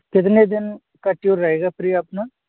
कितने दिन का टूर रहेगा फिर यह अपना